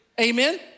amen